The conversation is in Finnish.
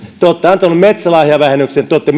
te olette antaneet metsälahjavähennykset te olette